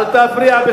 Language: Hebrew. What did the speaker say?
אל תפריע.